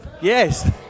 Yes